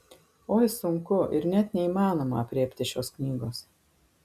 oi sunku ir net neįmanoma aprėpti šios knygos